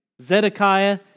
Zedekiah